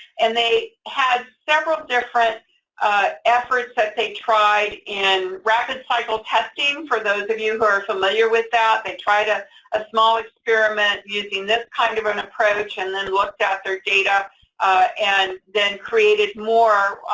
and they had several different efforts that they tried in rapid cycle testing, for those of you who are familiar with that, they tried a a small experiment using this kind of an approach, and then looked at their data and then created more,